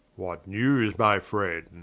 what newes, my friend?